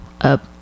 up